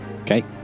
Okay